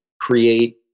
create